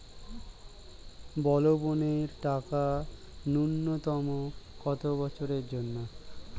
বলবনের টাকা ন্যূনতম কত বছরের জন্য?